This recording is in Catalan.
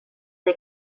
fer